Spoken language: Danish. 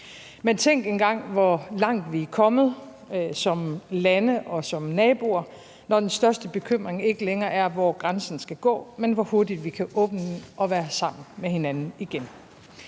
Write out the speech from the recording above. Men tænk engang, hvor langt vi er kommet som lande og som naboer, når den største bekymring ikke længere er, hvor grænsen skal gå, men hvor hurtigt vi kan åbne den og være sammen med hinanden igen.